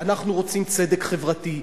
"אנחנו רוצים צדק חברתי",